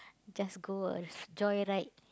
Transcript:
just go a joyride